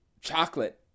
chocolate